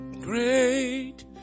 great